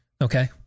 Okay